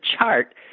chart